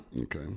Okay